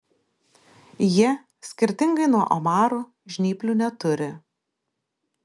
jie skirtingai nuo omarų žnyplių neturi